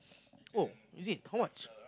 !woah! is it how much